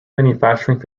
manufacturing